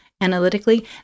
analytically